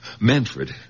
Manfred